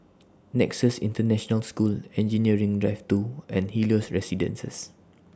Nexus International School Engineering Drive two and Helios Residences